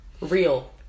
Real